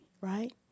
right